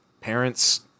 parents